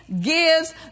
gives